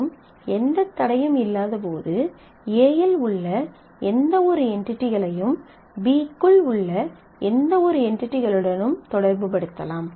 மற்றும் எந்த தடையும் இல்லாதபோது A இல் உள்ள எந்தவொரு என்டிடிகளையும் B க்குள் உள்ள எந்தவொரு என்டிடிகளுடனும் தொடர்புபடுத்தலாம்